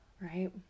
Right